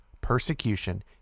persecution